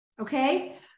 Okay